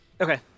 Okay